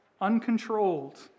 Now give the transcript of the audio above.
uncontrolled